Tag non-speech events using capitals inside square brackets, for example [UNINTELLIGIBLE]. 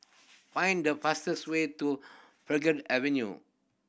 find the fastest way to [UNINTELLIGIBLE] Avenue